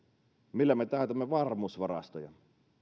millä me täytämme varmuusvarastoja